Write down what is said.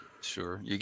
Sure